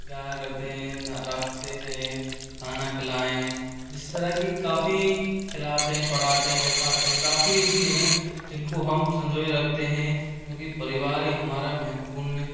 प्यार करते हैं रखते हैं खाना खिलाएं इस तरह कि काफ़ी खिलातें हैं पढ़ाते हैं लिखाते हैं काफ़ी ऐसी हैं जिनको हम संजोए रखते हैं क्योंकि परिवार हमारा महत्वपूर्ण